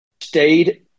stayed